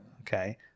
Okay